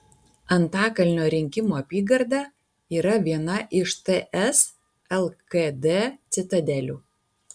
antakalnio rinkimų apygarda yra viena iš ts lkd citadelių